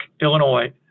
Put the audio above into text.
illinois